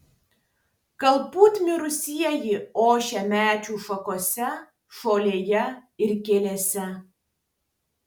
galbūt mirusieji ošia medžių šakose žolėje ir gėlėse